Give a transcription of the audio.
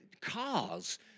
cars